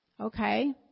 Okay